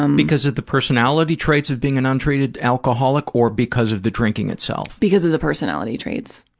um because of the personality traits of being an untreated alcoholic or because of the drinking itself? because of the personality traits.